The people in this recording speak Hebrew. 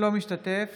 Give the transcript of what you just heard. אינו משתתף